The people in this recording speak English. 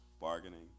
bargaining